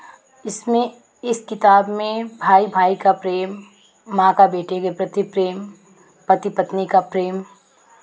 इसमें इस किताब में भाई भाई का प्रेम माँ का बेटे के प्रति प्रेम पति पत्नी का प्रेम